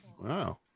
Wow